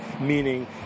meaning